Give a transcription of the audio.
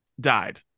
died